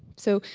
so,